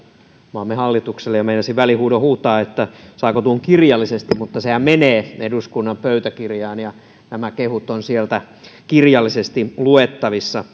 maamme hallitukselle ja meinasin välihuudon huutaa että saako tuon kirjallisesti mutta sehän menee eduskunnan pöytäkirjaan ja nämä kehut ovat sieltä kirjallisesti luettavissa